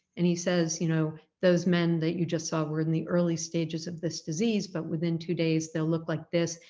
and he says you know, those men that you just saw were in the early stages of this disease but within two days they'll look like this.